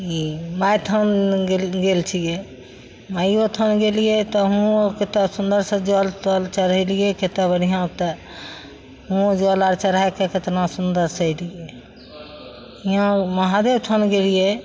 ई माइथान गेल छियै माइयो थान गेलियै तऽ हुआँ कते सुन्दरसँ जल तल चढ़ेलिये कते बढ़िआँ तऽ वहाँ जल आर चढ़ायके केतना सुन्दरसँ एलियै यहाँ महादेव थान गेलियै